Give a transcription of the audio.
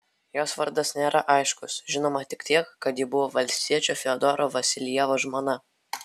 jos vardas nėra aiškus žinoma tik tiek kad ji buvo valstiečio fiodoro vasiljevo žmona